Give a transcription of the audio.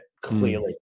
clearly